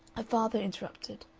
father interrupted.